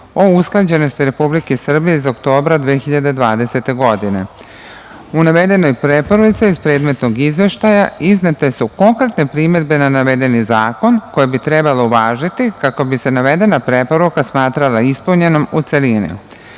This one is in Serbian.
o usklađenosti Republike Srbije iz oktobra 2020. godine.U navedenoj preporuci iz predmetnog Izveštaja iznete su konkretne primedbe na navedeni zakon koje bi trebalo uvažiti kako bi se navedena preporuka smatrala ispunjenom u celini.